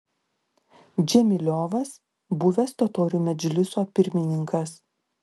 džemiliovas buvęs totorių medžliso pirmininkas